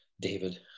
David